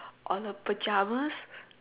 on the pyjamas